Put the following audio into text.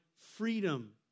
freedom